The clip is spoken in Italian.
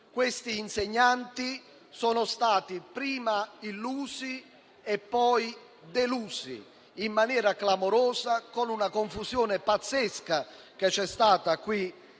questi insegnanti sono stati prima illusi e poi delusi in maniera clamorosa, vista la confusione pazzesca che c'è stata qui